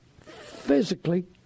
physically